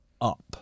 up